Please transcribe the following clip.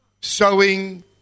sowing